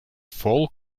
full